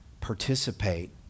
participate